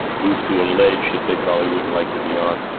moved to a ledge that they probably wouldn't like to be on